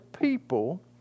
people